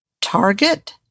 target